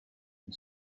and